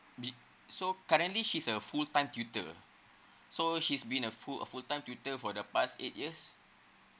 be~ so currently she's a full time tutor so she's been a full a full time tutor for the past eight years